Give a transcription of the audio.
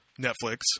Netflix